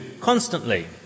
constantly